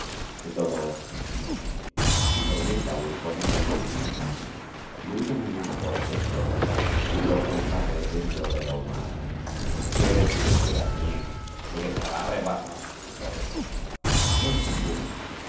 que todo es posible y proyecta huir con ella que también es fácil y huye mañana por ejemplo lo cual cabe dentro de lo humano crees tú que daniel se dejara arrebatar su tesoro crees tú